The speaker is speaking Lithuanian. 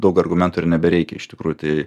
daug argumentų ir nebereikia iš tikrųjų tai